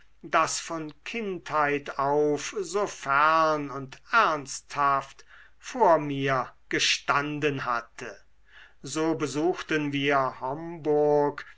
das von kindheit auf so fern und ernsthaft vor mir gestanden hatte so besuchten wir homburg